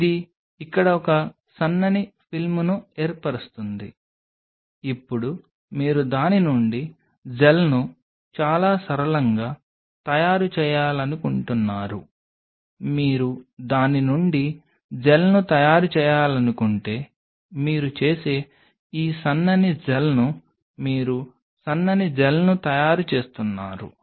ఇది ఇక్కడ ఒక సన్నని ఫిల్మ్ను ఏర్పరుస్తుంది ఇప్పుడు మీరు దాని నుండి జెల్ను చాలా సరళంగా తయారు చేయాలనుకుంటున్నారు మీరు దాని నుండి జెల్ను తయారు చేయాలనుకుంటే మీరు చేసే ఈ సన్నని జెల్ను మీరు సన్నని జెల్ను తయారు చేస్తున్నారు